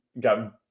got